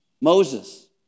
Moses